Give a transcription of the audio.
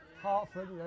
Hartford